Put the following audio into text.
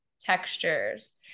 textures